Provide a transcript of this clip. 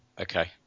Okay